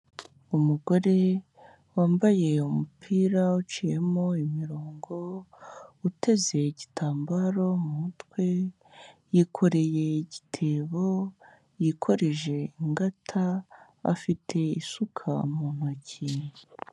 Umugore wambaye umupira uciyemo imirongo, uteze igitambaro mu mutwe, yikoreye igitebo, yikoreje ingata, afite isuka mu ntoki.